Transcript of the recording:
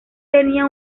tenía